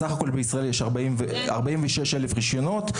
בישראל יש בסך הכול 46,000 רישיונות.